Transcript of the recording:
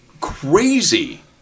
crazy